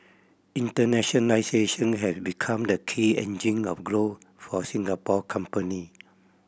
internationalisation have become the key engine of growth for Singapore company